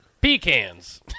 Pecans